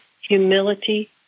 humility